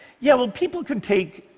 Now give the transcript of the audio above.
yeah, well people can take,